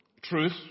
truth